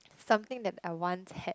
something that I once had